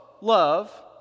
love